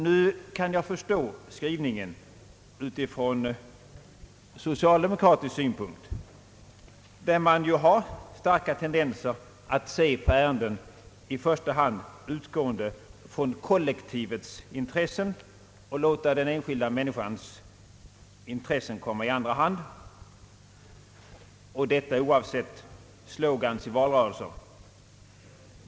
Nu kan jag förstå utskottets skrivning utifrån - socialdemokratisk synpunkt, där man nu har starka tendenser att se på ärenden i första hand utgående från kollektivets intressen och låta den enskilda människans intressen komma i andra hand, och detta oavsett slogans i valrörelser.